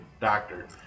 Doctor